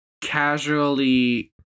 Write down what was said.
casually